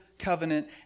covenant